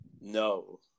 No